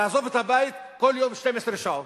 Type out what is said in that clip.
תעזוב את הבית כל יום ל-12 שעות?